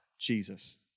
Jesus